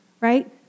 right